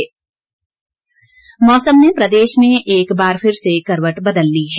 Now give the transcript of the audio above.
मौसम मौसम ने प्रदेश में एक बार फिर से करवट बदल ली है